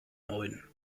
neuen